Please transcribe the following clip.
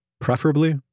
preferably